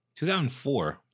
2004